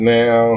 now